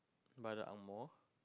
by the Angmoh